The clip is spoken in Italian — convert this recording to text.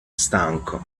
stanco